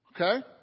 Okay